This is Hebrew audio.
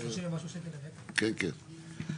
כן, כן.